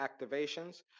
activations